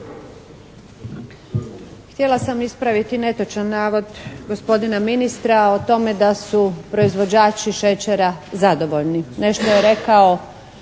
Htjela sam ispraviti netočan navod gospodina ministra o tome da su proizvođači šećera zadovoljni. Nešto je rekao